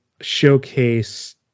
showcase